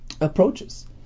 approaches